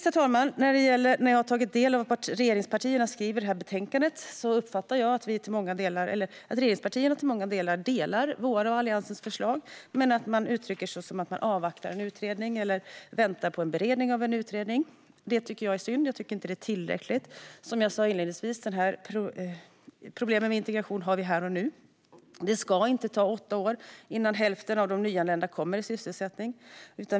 Jag avslutar med att säga att jag uppfattar det som regeringspartierna skriver i detta betänkande som att de till stor del håller med om våra och Alliansens förslag, men de uttrycker det som att de avvaktar en utredning eller väntar på beredning av en utredning. Det är synd. Det är inte tillräckligt. Som jag sa inledningsvis har vi problem med integrationen här och nu. Det ska inte ta åtta år innan hälften av de nyanlända kommer i sysselsättning.